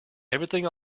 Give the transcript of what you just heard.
everything